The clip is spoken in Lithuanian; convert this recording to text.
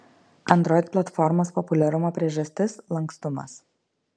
android platformos populiarumo priežastis lankstumas